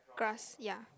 grass yeah